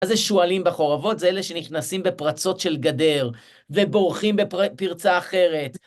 איזה שועלים בחורבות, זה אלה שנכנסים בפרצות של גדר ובורחים בפרצה אחרת.